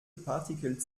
partikel